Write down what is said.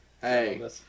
Hey